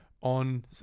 on